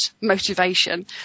motivation